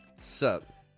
Sup